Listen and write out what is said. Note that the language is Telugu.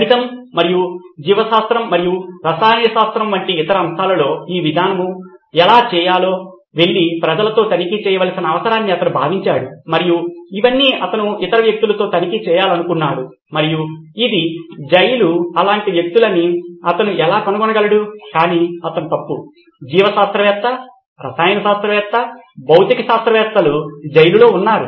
గణితం మరియు జీవశాస్త్రం మరియు రసాయన శాస్త్రం వంటి ఇతర అంశాలలో ఈ విధానము ఎలా చేయాలో వెళ్లి ప్రజలతో తనిఖీ చేయవలసిన అవసరాన్ని అతను భావించాడు మరియు ఇవన్నీ అతను ఇతర వ్యక్తులతో తనిఖీ చేయాలనుకున్నాడు మరియు ఇది జైలు అలాంటి వ్యక్తులని అతను ఎలా కనుగొనగలడు కానీ అతను తప్పు జీవశాస్త్రవేత్త రసాయన శాస్త్రవేత్త భౌతిక శాస్త్రవేత్తలు జైలులో ఉన్నారు